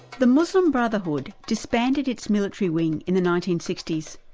the muslim brotherhood disbanded its military wing in the nineteen sixty s,